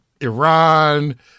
Iran